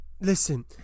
listen